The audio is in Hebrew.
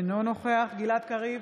אינו נוכח גלעד קריב,